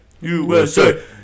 USA